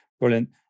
brilliant